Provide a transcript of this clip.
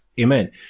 Amen